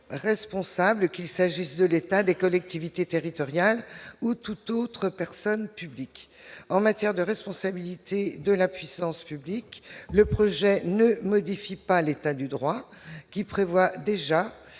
responsables qu'il s'agisse de l'État, des collectivités territoriales ou toute autre personne publique en matière de responsabilité de la puissance publique, le projet ne modifie pas l'état du droit qui prévoit déjà